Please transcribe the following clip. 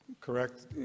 Correct